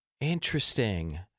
Interesting